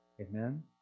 Amen